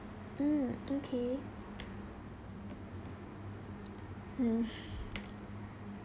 mm okay mm